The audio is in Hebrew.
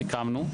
סיכמנו,